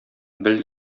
бел